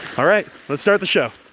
all right, let's start the show